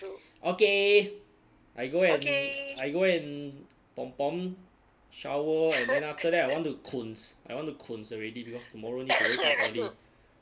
okay I go and I go and pom pom shower and then after that I want to kuns I want to kun already because tomorrow need to wake up early